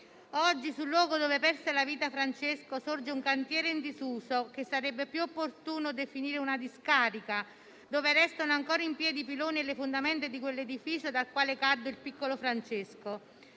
Oggi, nel luogo in cui perse la vita Francesco sorge un cantiere in disuso, che sarebbe più opportuno definire una discarica, dove restano ancora in piedi i piloni e le fondamenta di quell'edificio dal quale cadde il piccolo Francesco.